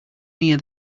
near